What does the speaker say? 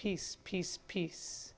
peace peace peace